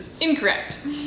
incorrect